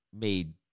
made